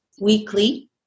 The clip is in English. weekly